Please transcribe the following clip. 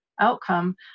outcome